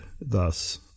thus